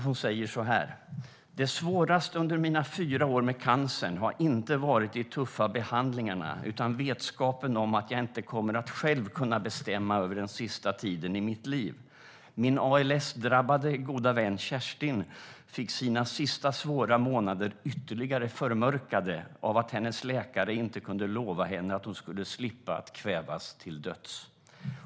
Hon skriver så här: "Det svåraste under mina fyra år med cancern har inte varit de tuffa behandlingarna utan vetskapen om att jag inte kommer att själv kunna bestämma över den sista tiden i mitt liv." Inga-Lisa skriver också: "Min ALS-drabbade goda vän Kerstin fick sina sista svåra månader ytterligare förmörkade av att hennes läkare inte kunde lova henne att hon skulle slippa kvävas till döds.